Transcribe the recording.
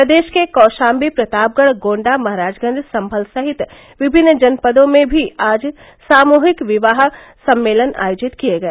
प्रदेश के कौशाम्बी प्रतापगढ़ गोन्डा महराजगंज संभल सहित विभिन्न जनपदों में भी आज मुख्यमंत्री सामूहिक विवाह सम्मेलन आयोजित किए गए